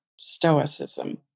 stoicism